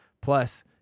Plus